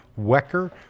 Wecker